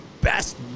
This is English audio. best